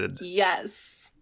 yes